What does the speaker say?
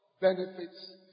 benefits